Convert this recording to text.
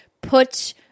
put